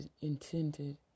intended